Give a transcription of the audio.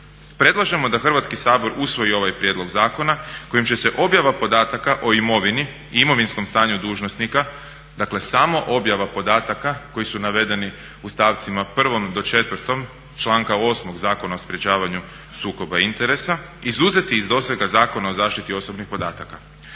predlažemo da Hrvatski sabor usvoji ovaj prijedlog zakona kojim će se objava podataka o imovini i imovinskom stanju dužnosnika, dakle samo objava podataka koji su navedeni u stavcima 1.do 4.članka 8. Zakona o sprečavanju sukoba interesa izuzeti iz dosega Zakona o zaštiti osobnih podataka.